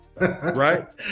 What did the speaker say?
Right